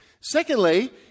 Secondly